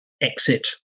exit